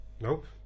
Nope